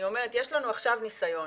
יש לנו עכשיו ניסיון.